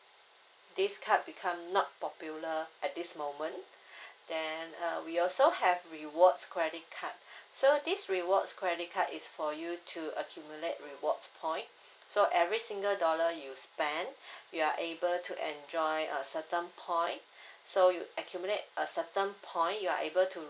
this card become not popular at this moment then uh we also have rewards credit card so this rewards credit card is for you to accumulate rewards point so every single dollar you spend you're able to enjoy a certain point so you accumulate a certain point you're able to